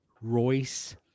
Royce